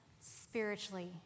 spiritually